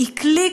והיא כלי,